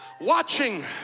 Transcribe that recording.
watching